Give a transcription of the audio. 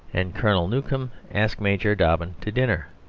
and colonel newcome ask major dobbin to dinner.